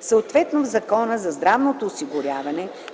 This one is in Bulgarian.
Съответно в Закона за здравното осигуряване